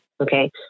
Okay